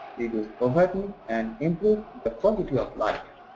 reduce poverty, and improve the quality of life.